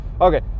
okay